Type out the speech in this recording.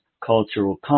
cultural